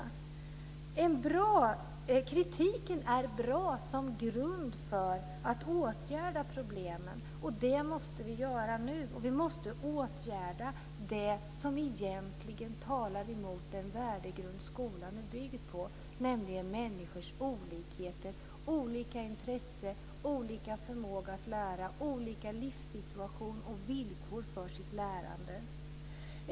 Kritiken är bra som grund för att åtgärda problemen, och det måste vi göra nu. Vi måste åtgärda det som talar emot den värdegrund som skolan är byggd på, nämligen människors olikheter, olika intressen, olika förmåga att lära, olika livssituation och olika villkor för lärande.